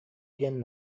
диэн